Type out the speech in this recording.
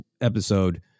episode